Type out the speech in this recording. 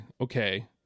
okay